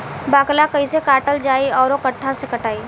बाकला कईसे काटल जाई औरो कट्ठा से कटाई?